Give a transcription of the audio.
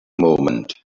moment